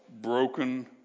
broken